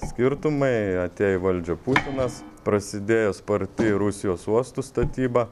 skirtumai atėjo į valdžią putinas prasidėjo sparti rusijos uostų statyba